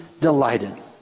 delighted